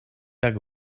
tak